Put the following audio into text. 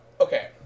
okay